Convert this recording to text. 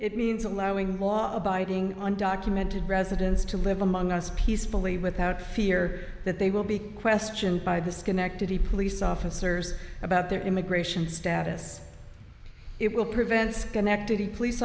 it means allowing law abiding undocumented residents to live among us peacefully without fear that they will be questioned by the schenectady police officers about their immigration status it will prevent schenectady police